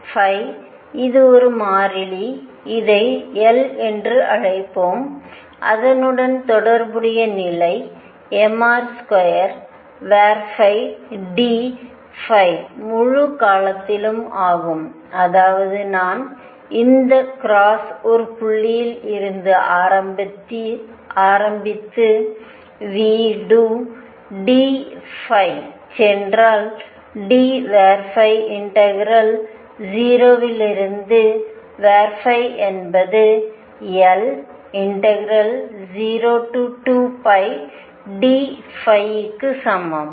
̇ϕ̇ இது ஒரு மாறிலி இதை L என்று அழைப்போம் அதனுடன் தொடர்புடைய நிலை mr2dϕ முழு காலத்திலும் ஆகும்அதாவது நான் இந்த கிராஸில் ஒரு புள்ளியில் இருந்து ஆரம்பித்து v do d சென்றால் d இன்டெக்ரால் 0 இருந்து என்பது L02πdϕ க்கு சமம்